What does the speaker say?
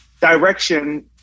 direction